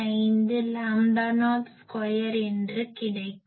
95 lambda naught square என்று கிடைக்கும்